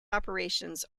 operations